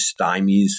stymies